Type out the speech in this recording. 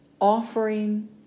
offering